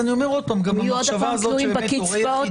עוד פעם הם יהיו תלויים בקצבאות?